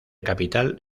capital